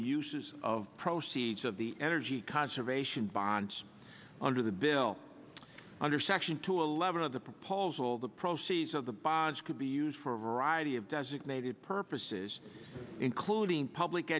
uses of proceeds of the energy conservation bonds under the bill under section two eleven of the proposal the proceeds of the bonds could be used for a variety of designated purposes including public